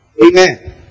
Amen